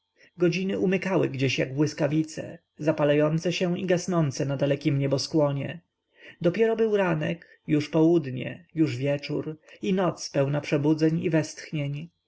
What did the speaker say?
godziny umykały gdzieś jak błyskawice zapalające się i gasnące na dalekim nieboskłonie dopiero był ranek już południe już wieczór i noc pełna przebudzeń